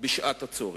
בשעת הצורך.